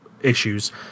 issues